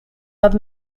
nad